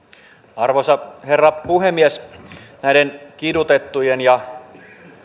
arvoisa herra puhemies näiden kidutettujen ja